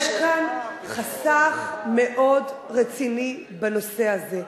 יש כאן חסך מאוד רציני בנושא הזה.